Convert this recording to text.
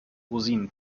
rosinen